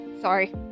sorry